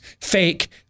fake